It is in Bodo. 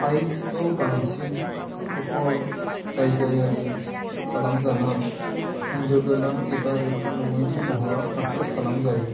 आइक्सखौ बांसिन फुकल जायगायारि खालामजाना खोन्दोगोनां एबा रोखा नङैनि महराव थाखो खालामजायो